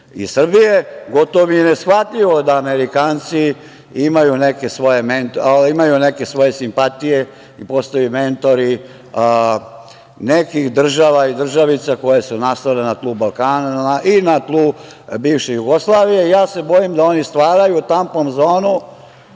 i Srbije. Gotovo mi je neshvatljivo da Amerikanci imaju neke svoje simpatije i postaju mentori nekih država i državica koje su nastale na tlu Balkana i na tlu bivše Jugoslavije. Ja se bojim da oni stvaraju tampon zonu